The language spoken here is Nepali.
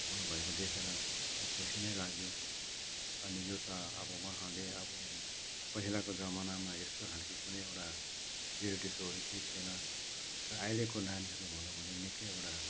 गाउनु भएको देखेर अति खुसी नै लाग्यो अनि यो त अब वहाँले अब पहिलाको जमानामा यस्तो खालको कुनै एउटा रियालिटी सोहरू केही थिएन र अहिलेको नानीहरू हुनु भने निकै एउटा